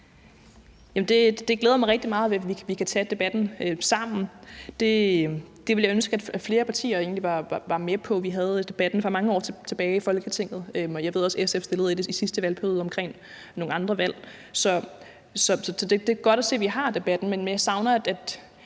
Det glæder mig rigtig meget, hvis vi kan tage debatten sammen. Det ville jeg ønske at flere partier egentlig var med på. Vi havde debatten for mange år til tilbage i Folketinget, og jeg ved, at også SF fremsatte et forslag i sidste valgperiode omkring nogle andre valg, så det er godt at se, vi har debatten. Men jeg savner måske